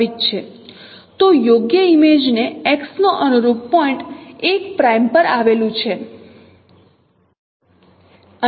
તો યોગ્ય ઈમેજને X નો અનુરૂપ પોઇન્ટ l પ્રાઇમ પર આવેલું છે